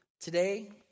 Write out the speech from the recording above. Today